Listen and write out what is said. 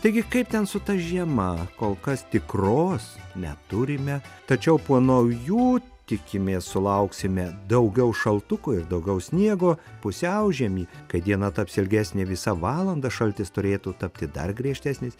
taigi kaip ten su ta žiema kol kas tikros neturime tačiau po naujų tikimės sulauksime daugiau šaltuko ir daugiau sniego pusiaužiemį kai diena taps ilgesnė visa valanda šaltis turėtų tapti dar griežtesnis